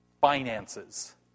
Finances